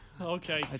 Okay